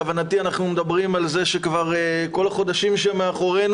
להבנתי אנחנו מדברים על זה שכל החודשים שמאחורינו